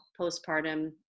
postpartum